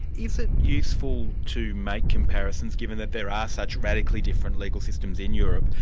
is it useful to make comparisons, given that there are such radically different legal systems in europe,